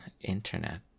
Internet